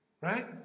right